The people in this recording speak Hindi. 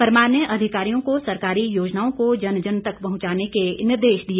परमार ने अधिकारियों को सरकारी योजनाओं को जन जन तक पहुंचाने के निर्देश दिए